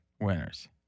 winners